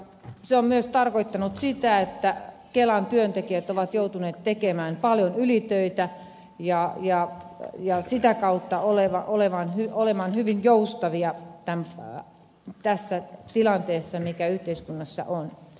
se on myös tarkoittanut sitä että kelan työntekijät ovat joutuneet tekemään paljon ylitöitä ja sitä kautta olemaan hyvin joustavia tässä tilanteessa mikä yhteiskunnassa on